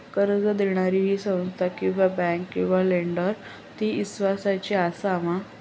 कर्ज दिणारी ही संस्था किवा बँक किवा लेंडर ती इस्वासाची आसा मा?